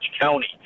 County